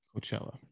Coachella